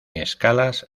escalas